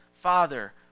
Father